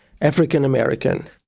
African-American